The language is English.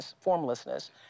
formlessness